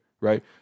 right